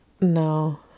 No